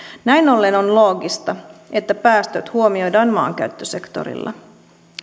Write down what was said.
näin ollen on loogista että päästöt huomioidaan maankäyttösektorilla